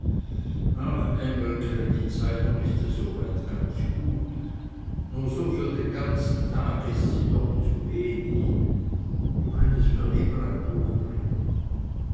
ach engelke die zeitung ist ja soweit ganz gut nur so für den ganzen tag ist sie doch zuwenig du könntest mir lieber ein buch bringen